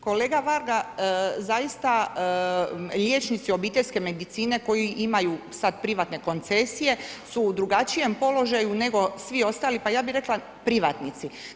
Kolega Varga, zaista liječnici obiteljske medicine koji imaju sad privatne koncesije su u drugačijem položaju nego svi ostali, pa ja bih rekla privatnici.